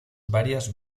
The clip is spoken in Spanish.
varias